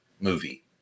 movie